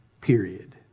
period